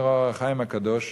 אומר "אור החיים" הקדוש,